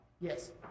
Yes